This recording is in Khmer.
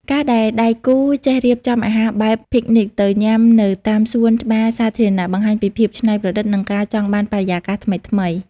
ការដែលដៃគូចេះរៀបចំអាហារបែប Picnic ទៅញ៉ាំនៅតាមសួនច្បារសាធារណៈ បង្ហាញពីភាពច្នៃប្រឌិត និងការចង់បានបរិយាកាសថ្មីៗ។